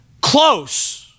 Close